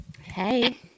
Hey